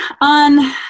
on